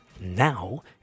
now